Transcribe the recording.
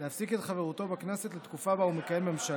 האפשרות להפסיק את חברותו בכנסת לתקופה שבה הוא מכהן בממשלה